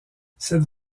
cette